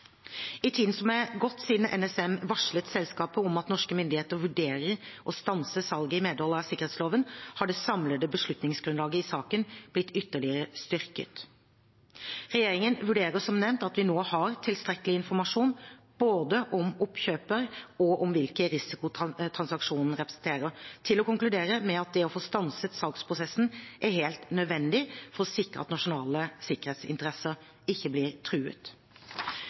I tiden som er gått siden NSM varslet selskapet om at norske myndigheter vurderte å stanse salget i medhold av sikkerhetsloven, har det samlede beslutningsgrunnlaget i saken blitt ytterligere styrket. Regjeringen vurderer som nevnt at vi nå har tilstrekkelig informasjon – både om oppkjøper og om hvilken risiko transaksjonen representerer – til å konkludere med at det å få stanset salgsprosessen er helt nødvendig for å sikre at nasjonale sikkerhetsinteresser ikke blir truet.